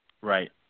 Right